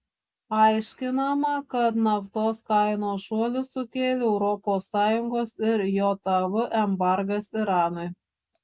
aiškinama kad naftos kainos šuolį sukėlė europos sąjungos ir jav embargas iranui